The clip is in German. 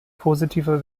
positiver